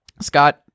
scott